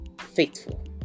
faithful